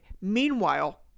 Meanwhile